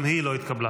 גם היא לא התקבלה.